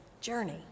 journey